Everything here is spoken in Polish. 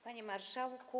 Panie Marszałku!